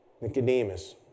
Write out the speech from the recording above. Nicodemus